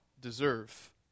deserve